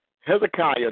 Hezekiah